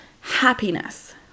happiness